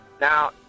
Now